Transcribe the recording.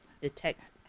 detect